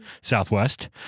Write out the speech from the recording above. Southwest